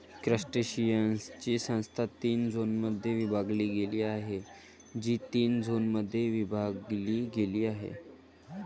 क्रस्टेशियन्सची संस्था तीन झोनमध्ये विभागली गेली आहे, जी तीन झोनमध्ये विभागली गेली आहे